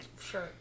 Sure